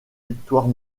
victoires